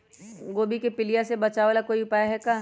गोभी के पीलिया से बचाव ला कोई उपाय है का?